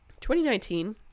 2019